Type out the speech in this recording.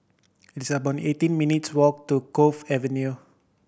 it's about eighteen minutes' walk to Cove Avenue